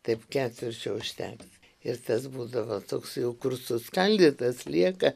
taip ketvirčio užtekti ir tas būdavo toks jau kurs suskaldytas lieka